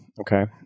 Okay